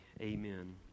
Amen